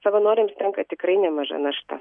savanoriams tenka tikrai nemaža našta